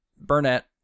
Burnett